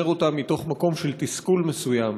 אני אומר אותה מתוך מקום של תסכול מסוים.